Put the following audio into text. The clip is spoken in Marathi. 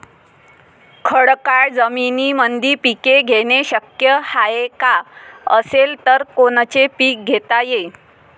खडकाळ जमीनीमंदी पिके घेणे शक्य हाये का? असेल तर कोनचे पीक घेता येईन?